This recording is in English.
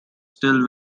still